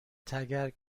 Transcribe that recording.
تگرگ